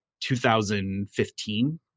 2015